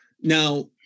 Now